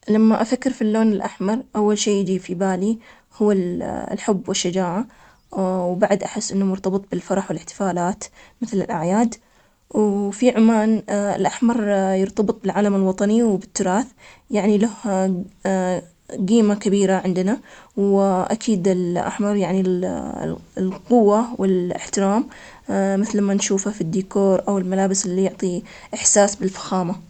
غالباً نحن ننظر للون الأحمر على أنه لون مثير وجذاب, يمكن هذا اللون ينقل مشاعر القوة والعاطفة والرغبة, نحن لما نشوف اللون الأحمر نذكر بطاقات وهدايا عيد الحب, نذكر عيد الجرسمس, العيد اللي يحتفل فيه كل الناس, ونذكر الرغبة ان نكون مريحين بدل من الإثار, هذا اللي جعل الأحوال متعدد الاستعمالات بشكل لا يصدق.